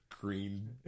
green